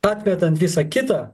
atmetant visa kita